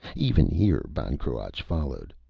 even here, ban cruach followed.